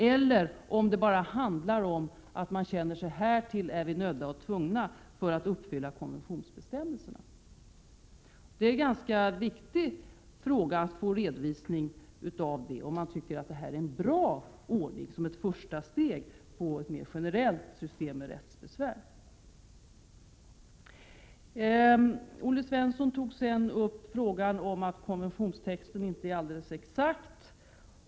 Eller handlar det bara om att härtill är vi nödda och tvungna för att uppfylla konventionens bestämmelser? Det är ganska viktigt att få en redovisning av huruvida man tycker att detta är en bra ordning som ett första steg mot ett mer generellt system med rätt till besvär. Olle Svensson tog sedan upp frågan om att konventionstexten inte är helt exakt.